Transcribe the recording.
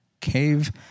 cave